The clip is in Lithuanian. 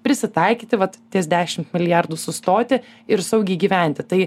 prisitaikyti vat ties dešimt milijardų sustoti ir saugiai gyventi tai